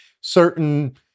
Certain